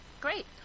Great